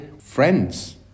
friends